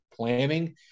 planning